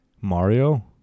Mario